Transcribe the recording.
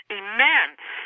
immense